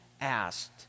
asked